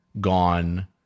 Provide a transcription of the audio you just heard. gone